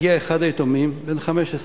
הגיע אחד היתומים, בן 15,